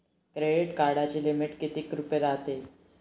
Credit कार्डाची limit कितीक रुपयाची रायते?